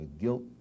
guilt